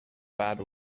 bad